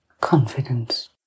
confidence